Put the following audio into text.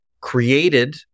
created